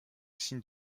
signe